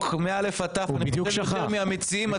מאלף ועד תו -- עודד פורר (יו"ר ועדת העלייה,